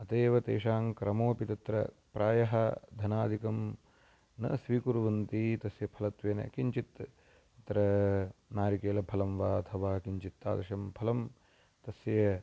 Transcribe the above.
अत एव तेषां क्रमोपि तत्र प्रायः धनादिकं न स्वीकुर्वन्ति तस्य फलत्वेन किञ्चित् तत्र नारिकेलफलं वा अथवा किञ्चित् तादृशं फलं तस्य